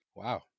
Wow